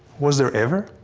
was there ever?